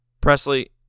Presley